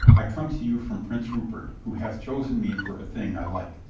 i come to you from prince rupert, who hath chosen me for a thing i like.